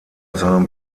seinem